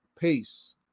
Peace